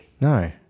No